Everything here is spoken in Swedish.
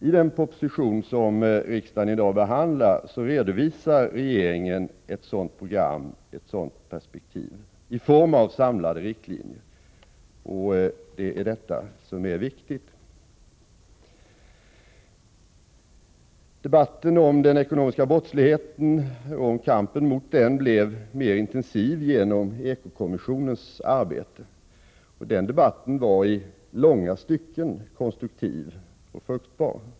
I den proposition som riksdagen i dag behandlar redovisar regeringen ett sådant program, ett sådant perspektiv, i form av samlade riktlinjer. Detta är viktigt. Debatten om den ekonomiska brottsligheten och kampen mot den blev mer intensiv genom eko-kommissionens arbete, och debatten var i långa stycken konstruktiv och fruktbar.